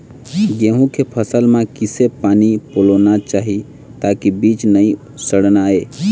गेहूं के फसल म किसे पानी पलोना चाही ताकि बीज नई सड़ना ये?